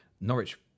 Norwich